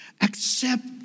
accept